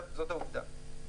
זו עובדה.